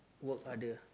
work harder